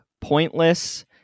pointless